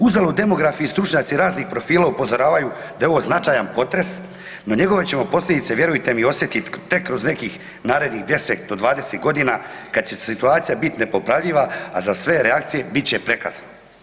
Uzalud demografi i stručnjaci raznih profila upozoravaju da ovo je značajan potres, no njegove ćemo posljedice vjerujte mi osjetiti tek kroz nekih narednih 10 do 20 godina kad će situacija biti nepopravljiva, a za sve reakcije bit će prekasno.